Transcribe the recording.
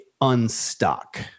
unstuck